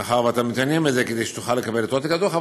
ומאחר שאתה מתעניין בזה, תוכל לקבל את עותק הדוח.